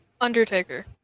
Undertaker